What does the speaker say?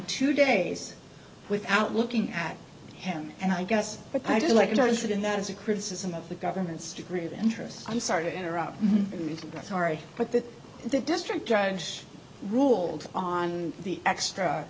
two days without looking at him and i guess but i do like interested in that as a criticism of the government's degree of interest i'm sorry to interrupt you to get ari but that the district judge ruled on the extra